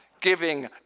giving